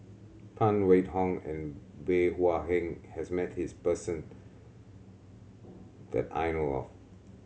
Phan Wait Hong and Bey Hua Heng has met this person that I know of